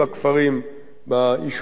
ביישובים הבלתי-מוכרים,